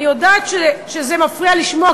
אני יודעת שזה מפריע לשמוע,